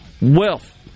wealth